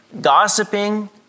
gossiping